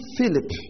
Philip